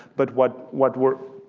but what what we're